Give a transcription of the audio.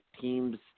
teams